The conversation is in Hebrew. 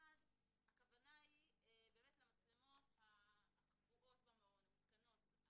בסעיף קטן אחד הכוונה היא למצלמות המותקנות במעון.